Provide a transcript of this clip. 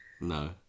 No